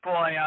Boy